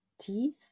Teeth